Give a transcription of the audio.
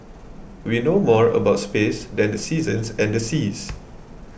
we know more about space than the seasons and seas